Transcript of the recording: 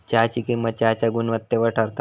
चहाची किंमत चहाच्या गुणवत्तेवर ठरता